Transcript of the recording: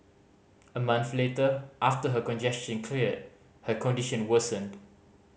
a month later after her congestion cleared her condition worsened